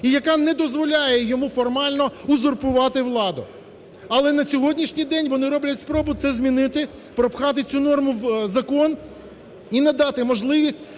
і яка не дозволяє йому формально узурпувати владу, але на сьогоднішній день вони роблять спробу це змінити, пропхати цю норму в закон і надати можливість